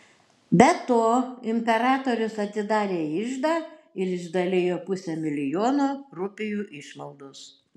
be to imperatorius atidarė iždą ir išdalijo pusę milijono rupijų išmaldos